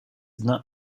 not